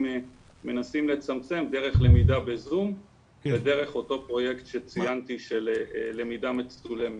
מנסים לצמצם דרך למידה בזום ודרך אותו פרויקט שציינתי של למידה מצולמת.